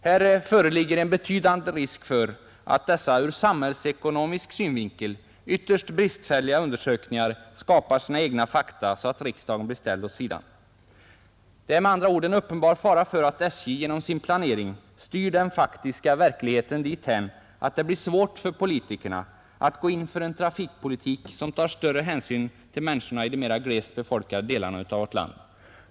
Här föreligger en betydande risk för att dessa ur samhällsekonomisk synvinkel ytterst bristfälliga undersökningar skapar sina egna fakta, så att riksdagen blir ställd åt sidan. Det är med andra ord en uppenbar fara för att SJ genom sin planering styr den faktiska utvecklingen dithän att det blir svårt för politikerna att gå in för en trafikpolitik som tar större hänsyn till människorna i de mera glest befolkade delarna av vårt land.